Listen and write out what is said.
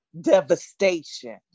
devastation